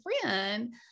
friend